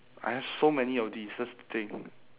I have so many of these that's the thing